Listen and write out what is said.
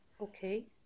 Okay